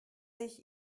sich